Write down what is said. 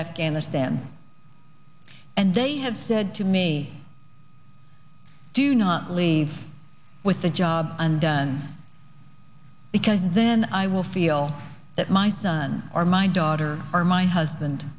afghanistan and they have said to me do not leave with the job and because then i will feel that my son or my daughter or my husband